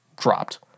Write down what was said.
dropped